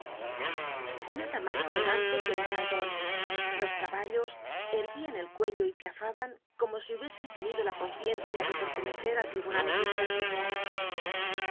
nada mas elegante que el faeton los caballos erguían el cuello y piafaban como si hubiesen tenido la conciencia de pertenecer al tribunal